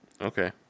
Okay